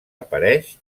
apareix